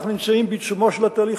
אנחנו נמצאים בעיצומו של התהליך.